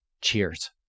Cheers